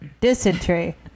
dysentery